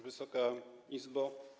Wysoka Izbo!